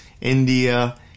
India